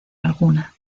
alguna